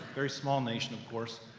very small nation of course,